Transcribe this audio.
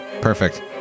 Perfect